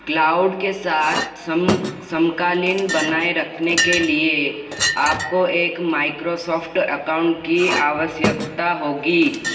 cloud के साथ सम समकालीन बनाए रखने के लिए आपको एक माइक्रोसॉफ्ट अकाउंट की आवश्यकता होगी